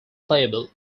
playable